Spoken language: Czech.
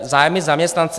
Zájmy zaměstnance...